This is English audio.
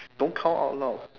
don't count out loud